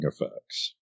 effects